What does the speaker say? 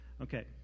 Okay